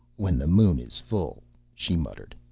when the moon is full she muttered.